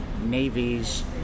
Navy's